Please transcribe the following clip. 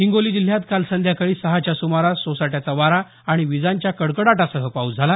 हिंगोली जिल्ह्यात काल संध्याकाळी सहाच्या सुमारास सोसाट्याचा वारा आणि विजांच्या कडकडाटासह पाऊस झाला